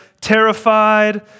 terrified